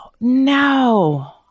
No